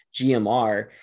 GMR